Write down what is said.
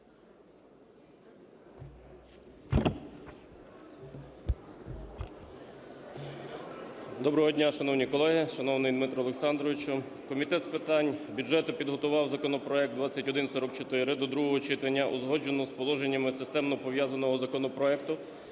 Доброго дня, шановні колеги, шановний Дмитро Олександровичу! Комітет з питань бюджету підготував законопроект 2144 до другого читання, узгодженого з положеннями системно пов'язаного законопроекту